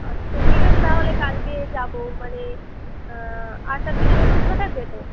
আচ্ছা ঠিক আছে তাহলে কালকে যাবো মানে আটটার দিকে দোকান খোলা থাকবে তো